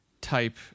type